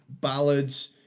ballads